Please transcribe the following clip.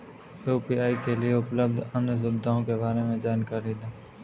UPI के लिए उपलब्ध अन्य सुविधाओं के बारे में जानकारी दें?